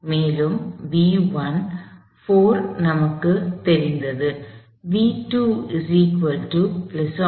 மேலும் 4 நமக்குத் தெரிந்தது இது தான்